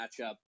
matchup